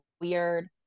weird